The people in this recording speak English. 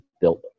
built